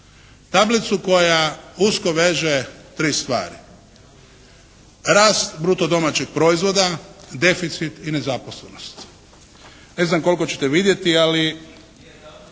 Tablicu koja usko veže tri stvari, rast bruto domaćeg proizvoda, deficit i nezaposlenost. Ne znam koliko ćete vidjeti, ali.